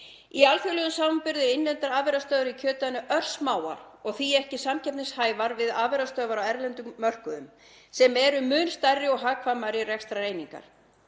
Í alþjóðlegum samanburði eru innlendar afurðastöðvar í kjötiðnaði örsmáar og því ekki samkeppnishæfar við afurðastöðvar á erlendum mörkuðum sem eru mun stærri og hagkvæmari rekstrareiningar.